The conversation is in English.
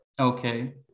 Okay